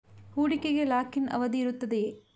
ಹೂಡಿಕೆಗೆ lock in ಅವಧಿ ಇರುತ್ತದೆಯೇ?